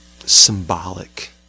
symbolic